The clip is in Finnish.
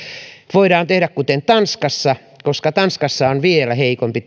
voidaan tehdä kuten tanskassa koska tanskassa on vielä heikompi